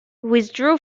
withdrew